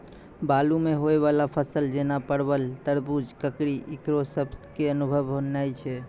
बालू मे होय वाला फसल जैना परबल, तरबूज, ककड़ी ईकरो सब के अनुभव नेय छै?